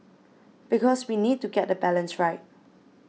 because we need to get the balance right